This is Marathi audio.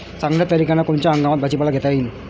चांगल्या तरीक्यानं कोनच्या हंगामात भाजीपाला घेता येईन?